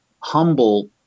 humble